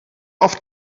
oft